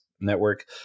network